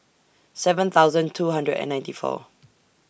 seven thousand two hundred and ninety four